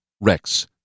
rex